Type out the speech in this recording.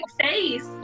face